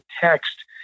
text